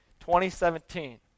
2017